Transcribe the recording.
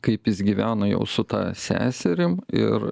kaip jis gyvena jau su ta seserim ir